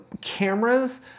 cameras